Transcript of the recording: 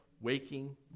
waking